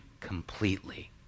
completely